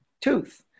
tooth